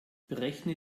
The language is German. berechne